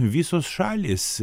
visos šalys